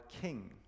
King